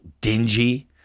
dingy